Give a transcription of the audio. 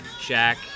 Jack